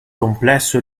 complesso